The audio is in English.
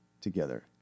together